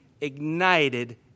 ignited